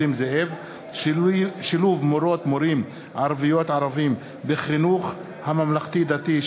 בנושא: שילוב מורות/ים ערביות/ים בחינוך הממלכתי-דתי,